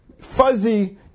fuzzy